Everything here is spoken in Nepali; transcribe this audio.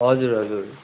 हजुर हजुर